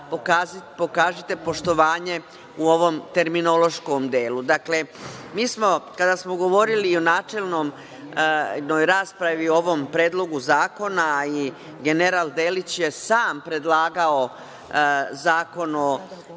pokažite poštovanje u ovom terminološkom delu. Dakle, mi smo, kada smo govorili i u načelnoj raspravi o ovom Predlogu zakona, general Delić je i sam predlagao zakon kojim